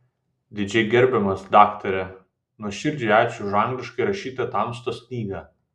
didžiai gerbiamas daktare nuoširdžiai ačiū už angliškai rašytą tamstos knygą